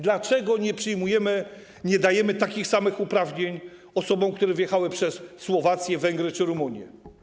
Dlaczego nie przyjmujemy, nie dajemy takich samych uprawnień osobom, które wjechały przez Słowację, Węgry czy Rumunię?